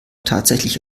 tatsächlich